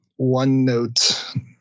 OneNote